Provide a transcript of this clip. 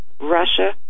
Russia